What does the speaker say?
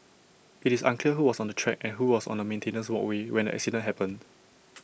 IT is unclear who was on the track and who was on the maintenance walkway when the accident happened